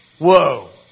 Whoa